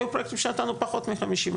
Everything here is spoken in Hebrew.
והיו פרוייקטים שנתנו פחות מחמישים.